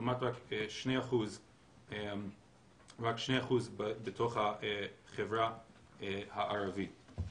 לעומת רק 2% בתוך החברה הכללית.